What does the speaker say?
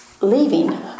leaving